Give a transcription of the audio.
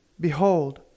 Behold